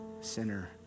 sinner